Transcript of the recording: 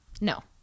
No